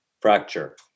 fracture